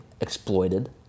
exploited